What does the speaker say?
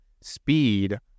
speed